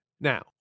Now